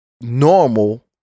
normal